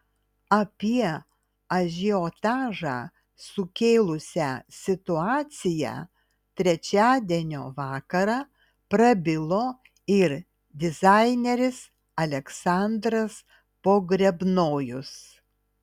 apie ažiotažą sukėlusią situaciją trečiadienio vakarą prabilo ir dizaineris aleksandras pogrebnojus